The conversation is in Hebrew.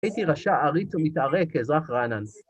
הייתי רשע עריץ ומתערק, אזרח רענן.